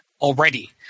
already